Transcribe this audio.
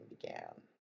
began